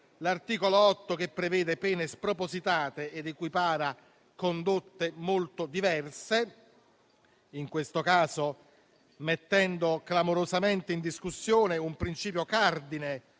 l'articolo 8, che prevede pene spropositate ed equipara condotte molto diverse, in questo caso mettendo clamorosamente in discussione un principio cardine